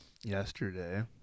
yesterday